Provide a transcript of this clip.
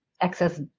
excess